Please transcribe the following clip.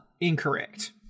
incorrect